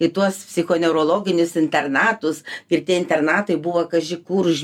į tuos psichoneurologinius internatus ir tie internatai buvo kaži kur už